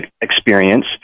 experience